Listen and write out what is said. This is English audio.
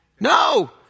No